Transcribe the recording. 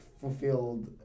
fulfilled